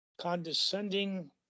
condescending